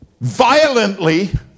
Violently